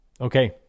Okay